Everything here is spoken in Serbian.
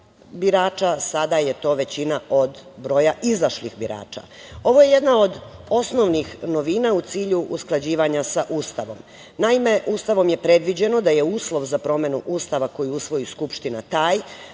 birača, sada je to većina od broja izašli birača. Ovo je jedna od osnovnih novina u cilju usklađivanja sa Ustavom. Naime, Ustavom je predviđeno da je uslov za promenu Ustava koji usvoji Skupština taj